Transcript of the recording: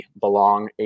Belong